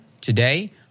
today